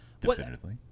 definitively